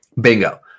Bingo